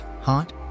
hot